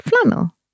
flannel